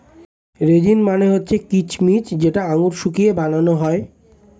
raisin মানে হচ্ছে কিচমিচ যেটা আঙুর শুকিয়ে বানানো হয়